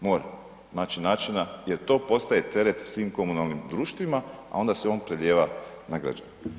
Mora naći načina jer to postaje teret svim komunalnim društvima a onda se on prelijeva na građane.